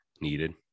needed